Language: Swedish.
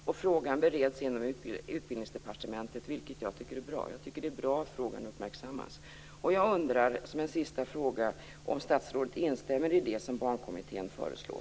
Frågan bereds inom Utbildningsdepartementet, vilket jag tycker är bra - det är bra att frågan uppmärksammas. Som en sista fråga undrar jag: Instämmer statsrådet i det som Barnkommittén föreslår?